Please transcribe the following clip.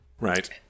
Right